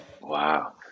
Wow